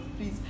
Please